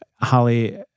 Holly